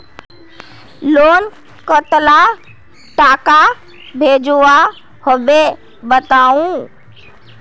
Loan कतला टाका भेजुआ होबे बताउ?